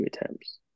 attempts